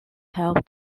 have